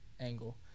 angle